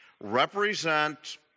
represent